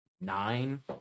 Nine